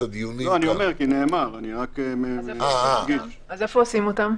אז איפה עושים אותם?